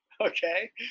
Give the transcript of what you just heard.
Okay